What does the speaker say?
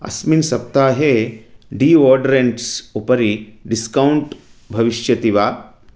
अस्मिन् सप्ताहे डीओड्रेण्ट्स् उपरि डिस्कौण्ट् भविष्यति वा